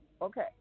Okay